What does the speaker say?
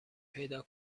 پیدا